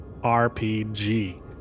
RPG